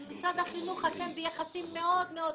עם משרד החינוך אתם ביחסים מאוד טובים.